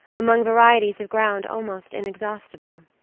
among varieties of ground almost inexhaustible.